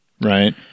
right